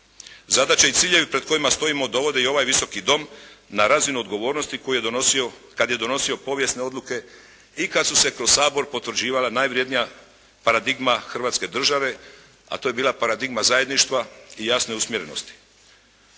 Zadaće i ciljevi pred kojima stojimo dovode i ovaj Visoki dom na razinu odgovornosti kad je donosio povijesne odluke i kad su se kroz Sabor potvrđivala najvrjednija paradigma Hrvatske države a to je bila paradigma zajedništva i jasne usmjerenosti.